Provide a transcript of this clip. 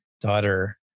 daughter